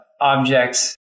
Objects